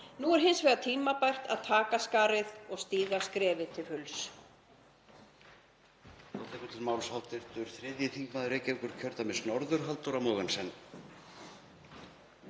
Nú er hins vegar tímabært að taka af skarið og stíga skrefið til fulls.